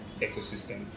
ecosystem